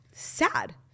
sad